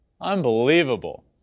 Unbelievable